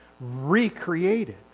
recreated